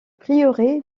prieuré